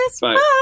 Bye